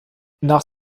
nach